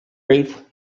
rape